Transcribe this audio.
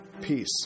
Peace